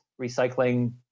recycling